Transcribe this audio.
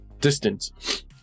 distance